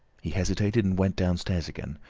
he hesitated and went downstairs again.